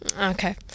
Okay